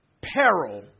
peril